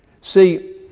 See